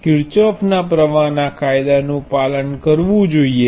કિર્ચહોફના પ્રવાહના કાયદાનું પાલન કરવું જોઈએ